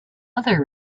other